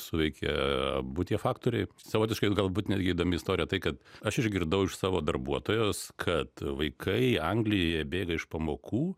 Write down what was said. suveikė abu tie faktoriai savotiškai galbūt netgi įdomi istorija tai kad aš išgirdau iš savo darbuotojos kad vaikai anglijoje bėga iš pamokų